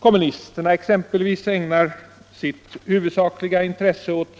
Kommunisterna ägnar sålunda sitt huvudsakliga intresse åt